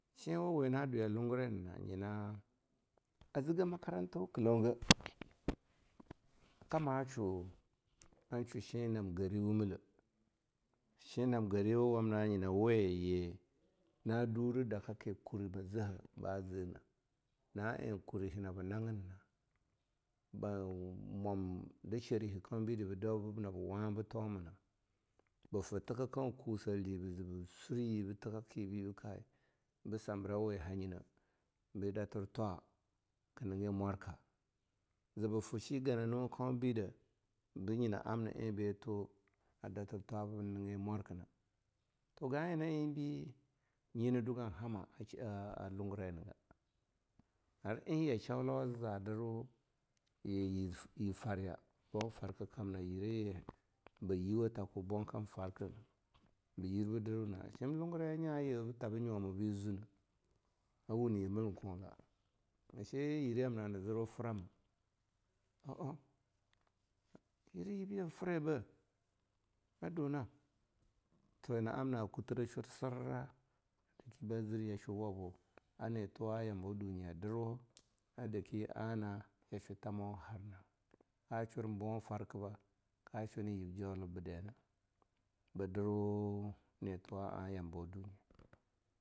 Shinwe na dwaya lungurai ninan nyina a zigah makaranta kloum geh, kama shwu an shwa shinam gari wu millah. Shinam gari wamna nyina wi yi na duri daka ki kurmezeha ba zineh, na eh kuriha naba nagin na, ba mwan da shariha kaun bi ba dau ba, naba wanba toma nina, bafi tika kaun kussel di bizi bi suryi bi tina ki bi ka bi sambirau wi hanyina bi datir thwa ki nigi mwarka. zi bifi gananwa kaun bi de binyina en bitu a datir thwa bi nigi mwarka na. Toh ga'en na enbi nyina duga hama a lungirai niga. Ar eh ya shaulo a ziza dirwa yi-yiffarya, boh farka kamna, yire yi bi yuwa takoh bohr kan farka, biyir bi dirwuna shim lumgurai nya yuwitabi nyoma bi zwuneh, a wun yi mill kunla. Ase yire yamna hana zirwu frama ha'an yirebiyi han frai bah, a duna toh nyina amna a kutire shar sirra a daki bazir yashwu wabu anetuwa yambawa dunyi dirwu, a daki ana yashwu thamo harna, ka shurboh farkiba ka shwa nayib joliba daina, bi dirwu netuwa'a yamabawa dun.